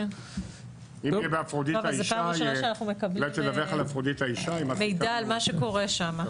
זה פעם ראשונה שאנחנו מקבלים מידע על מה שקורה שם.